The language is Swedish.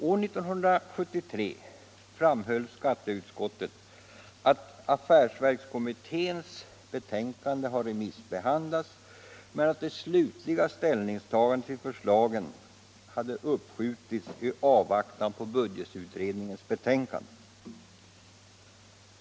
År 1973 framhöll skatteutskottet att affärsverkskommitténs betänkande hade remissbehandlats men att det slutliga ställningstagandet till förslagen hade uppskjutits i avvaktan på budgetutredningens betänkande.